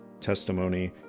testimony